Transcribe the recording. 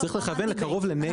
צריך לכוון לקרוב ל- Native.